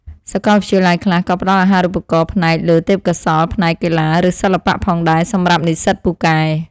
សាកលវិទ្យាល័យខ្លះក៏ផ្តល់អាហារូបករណ៍ផ្អែកលើទេពកោសល្យផ្នែកកីឡាឬសិល្បៈផងដែរសម្រាប់និស្សិតពូកែ។